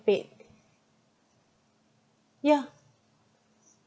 paid yeah